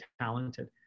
talented